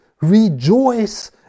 Rejoice